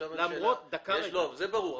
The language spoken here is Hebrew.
זה ברור.